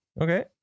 Okay